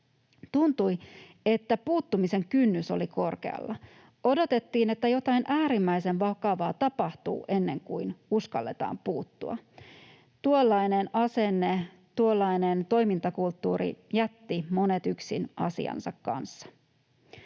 Tuntui, että puuttumisen kynnys oli korkealla. Odotettiin, että jotain äärimmäisen vakavaa tapahtuu ennen kuin uskalletaan puuttua. Tuollainen asenne, tuollainen toimintakulttuuri, jätti monet yksin asiansa kanssa.